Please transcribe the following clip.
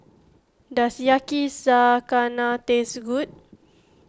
does Yakizakana taste good